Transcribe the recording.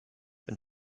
and